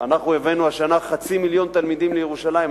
הבאנו השנה חצי מיליון תלמידים לירושלים,